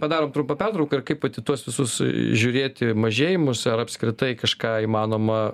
padarom trumpą pertrauką ir kaip vat į tuos visus žiūrėti mažėjimus ar apskritai kažką įmanoma